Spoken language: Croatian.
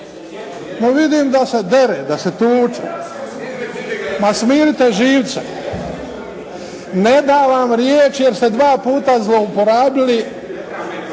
Ma vidim da se dere, da se tuče. Ma smirite živce. Ne dam vam riječ jer ste dva puta zlouporabili.